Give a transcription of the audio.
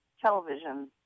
television